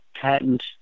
patent